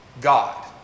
God